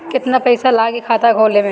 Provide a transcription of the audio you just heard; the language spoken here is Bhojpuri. केतना पइसा लागी खाता खोले में?